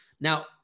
Now